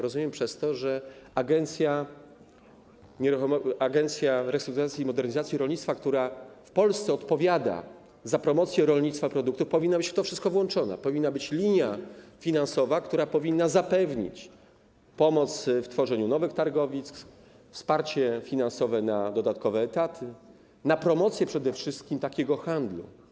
Rozumiemy przez to, że Agencja Restrukturyzacji i Modernizacji Rolnictwa, która w Polsce odpowiada za promocję rolnictwa i produktów, powinna być w to wszystko włączona, powinna być linia finansowa, która zapewni pomoc w tworzeniu nowych targowisk, wsparcie finansowe przeznaczone na dodatkowe etaty, na promocję przede wszystkim takiego handlu.